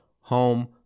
home